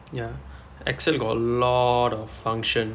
ya excel got a lot of function